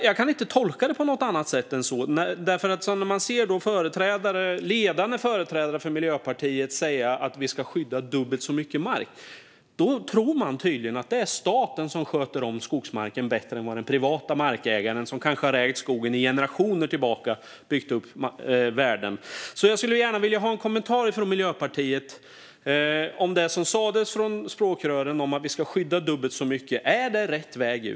Jag kan inte tolka det på något annat sätt än så när jag ser ledande företrädare för Miljöpartiet säga att vi ska skydda dubbelt så mycket mark. Man tror tydligen att staten sköter om skogsmarken bättre än vad den privata markägaren, som kanske har ägt skogen och byggt upp värden i generationer, gör. Jag skulle därför gärna vilja ha en kommentar från Miljöpartiet gällande det som sas från språkrören om att vi ska skydda dubbelt så mycket. Är det rätt väg?